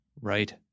Right